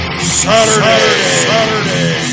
Saturday